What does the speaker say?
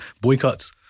boycotts